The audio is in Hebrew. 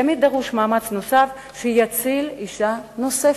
תמיד דרוש מאמץ נוסף שיציל אשה נוספת.